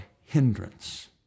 hindrance